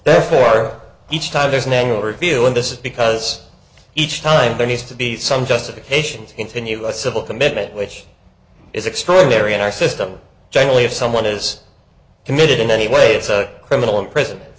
therefore each time there's an angle revealing this is because each time there needs to be some justification to continue a civil commitment which is extraordinary in our system generally if someone is committed in any way it's a criminal and present